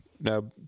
No